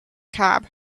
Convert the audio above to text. cab